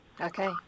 okay